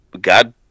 God